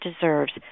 deserves